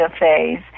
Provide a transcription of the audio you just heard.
phase